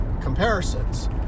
comparisons